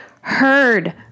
heard